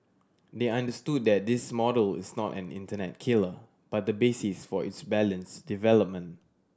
they understood that this model is not an internet killer but the basis for its balanced development